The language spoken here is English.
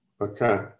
Okay